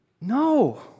No